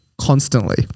constantly